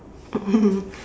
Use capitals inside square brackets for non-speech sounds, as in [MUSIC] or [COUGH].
[LAUGHS]